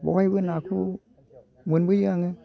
बेहायबो नाखौ मोनबोयो आङो